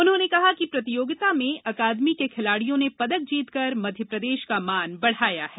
उन्होंने कहा कि प्रतियोगिता में अकादमी के खिलाड़ियों ने पदक जीतकर मध्यप्रदेश का मान बढ़ाया है